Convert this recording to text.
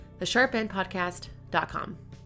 thesharpendpodcast.com